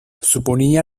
suponía